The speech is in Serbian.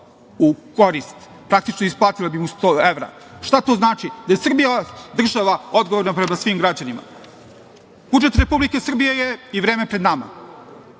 u korist, praktično isplatila bi mu 100 evra. Šta to znači? Da je Srbija država odgovorna prema svim građanima. Budžet Republike Srbije je i vreme pred nama